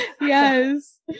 yes